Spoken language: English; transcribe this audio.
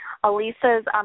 Alisa's